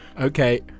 Okay